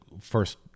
first